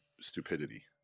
stupidity